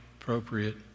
appropriate